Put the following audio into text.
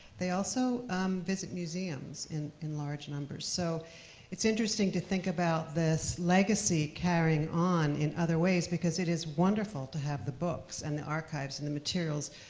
they also visit museums in in large numbers, so it's interesting to think about this legacy carrying on in other ways, because it is wonderful to have the books and the archives and the materials,